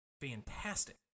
fantastic